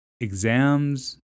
exams